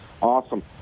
Awesome